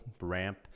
ramp